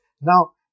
now